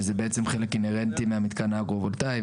שזה בעצם חלק אינהרנטי מהמתקן האגרו-וולטאי,